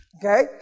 Okay